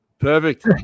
Perfect